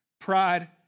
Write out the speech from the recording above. pride